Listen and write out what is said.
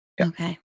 Okay